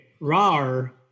rar